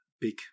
big